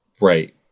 Right